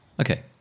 Okay